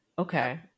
okay